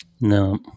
No